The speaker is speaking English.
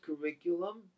curriculum